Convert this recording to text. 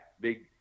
Big